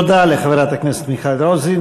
תודה לחברת הכנסת מיכל רוזין.